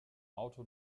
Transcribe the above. auto